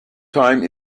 time